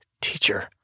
Teacher